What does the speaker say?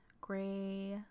gray